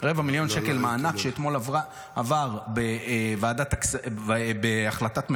250,000 שקל מענק שאתמול עבר בהחלטת ממשלה,